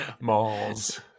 malls